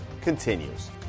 continues